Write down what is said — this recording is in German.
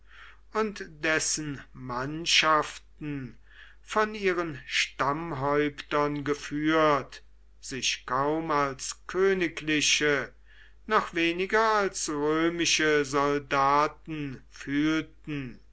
und dessen mannschaften von ihren stammhäuptern geführt sich kaum als königliche noch weniger als römische soldaten fühlten